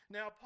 Now